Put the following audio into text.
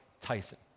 Tyson